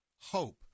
hope